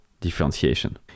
differentiation